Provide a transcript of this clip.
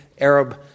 Arab